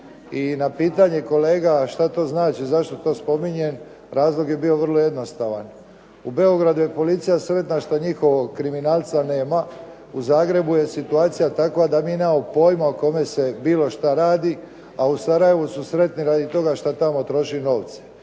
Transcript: I na pitanje kolega šta to znači, zašto to spominjem razlog je bio vrlo jednostavan. U Beogradu je policija sretna što njihovog kriminalca nema. U Zagrebu je situacija takva da mi nemamo pojma o kome se bilo što radi, a u Sarajevu su sretni radi toga što tamo troši novce.